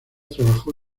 trabajó